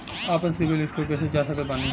आपन CIBIL score कैसे जांच सकत बानी?